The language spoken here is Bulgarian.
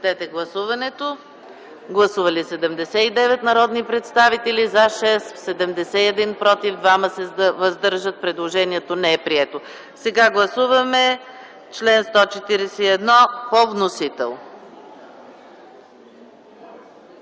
Сега гласуваме чл. 141 по вносител.